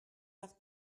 par